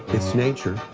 it's nature.